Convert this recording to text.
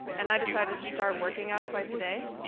and i decided to start working out twice a day,